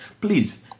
please